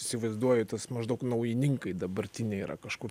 įsivaizduoju tas maždaug naujininkai dabartiniai yra kažkur